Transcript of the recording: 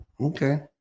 Okay